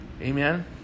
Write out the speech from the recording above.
Amen